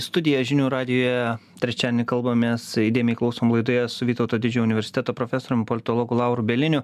studija žinių radijuje trečiadienį kalbamės įdėmiai klausom laidoje su vytauto didžiojo universiteto profesorium politologu lauru bieliniu